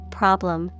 problem